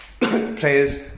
Players